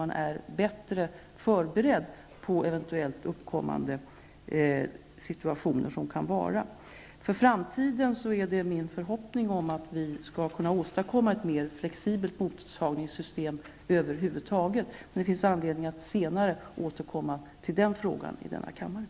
Man är bättre förberedd på olika situationer som kan uppkomma. Det är min förhoppning att vi för framtiden skall kunna åstadkomma ett mer flexibelt mottagningssystem över huvud taget. Det finns anledning att i denna kammare senare återkomma till den frågan.